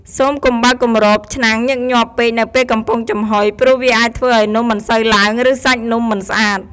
សូមកុំបើកគម្របឆ្នាំងញឹកញាប់ពេកនៅពេលកំពុងចំហុយ ព្រោះវាអាចធ្វើឱ្យនំមិនសូវឡើង ឬសាច់នំមិនស្អាត។